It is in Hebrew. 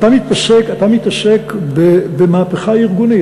אתה מתעסק במהפכה ארגונית.